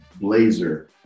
blazer